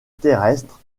terrestre